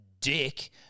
dick